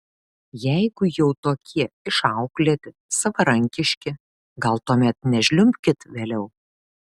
jeigu jau tokie išauklėti savarankiški gal tuomet nežliumbkit vėliau